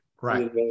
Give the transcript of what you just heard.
right